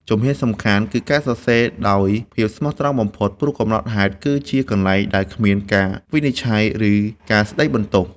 ជំហានសំខាន់គឺការសរសេរដោយភាពស្មោះត្រង់បំផុត ព្រោះកំណត់ហេតុគឺជាកន្លែងដែលគ្មានការវិនិច្ឆ័យ ឬការស្ដីបន្ទោស។